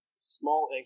small